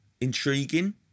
intriguing